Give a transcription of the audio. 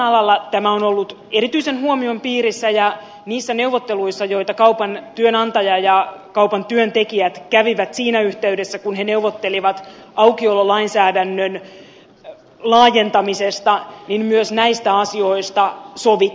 kaupan alalla tämä on ollut erityisen huomion piirissä ja niissä neuvotteluissa joita kaupan työnantajat ja kaupan työntekijät kävivät siinä yhteydessä kun he neuvottelivat aukiololainsäädännön laajentamisesta myös näistä asioista sovittiin